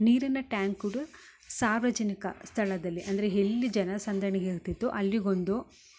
ನೀರಿನ ಟ್ಯಾಂಕ್ ಕೂಡ ಸಾರ್ವಜನಿಕ ಸ್ಥಳದಲ್ಲಿ ಅಂದರೆ ಎಲ್ಲಿ ಜನ ಸಂದಣಿ ಇರ್ತಿತ್ತು ಅಲ್ಲಿಗೊಂದು